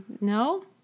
No